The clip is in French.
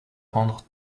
rendre